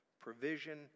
provision